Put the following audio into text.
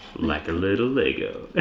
like a little lego.